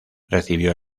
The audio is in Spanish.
recibió